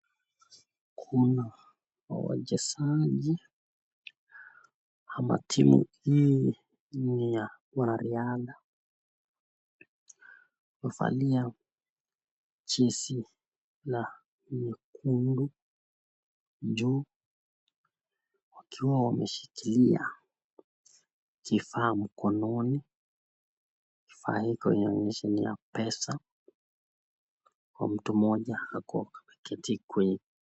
Kuna wachezaji ama timu hii ni ya wanariadha. Wamevalia jexi ya nyekundu wakiwa wameshikilia kifaa mkononi. Kifaa hicho kinaonyesha ni cha pesa na mtu mmoja ameketi kwenye kiti cha magurudumu.